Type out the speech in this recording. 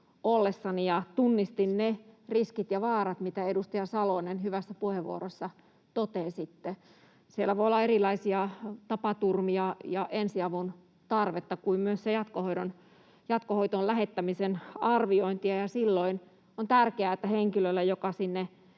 ja tunnistin ne riskit ja vaarat, mitä, edustaja Salonen, hyvässä puheenvuorossa totesitte. Siellä voi olla erilaisia tapaturmia ja ensiavun tarvetta kuten myös jatkohoitoon lähettämisen arviointia, ja silloin on tärkeää, että henkilöllä, joka sinne